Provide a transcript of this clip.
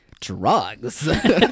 Drugs